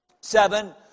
seven